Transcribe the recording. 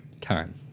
time